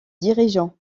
dirigeant